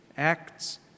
Acts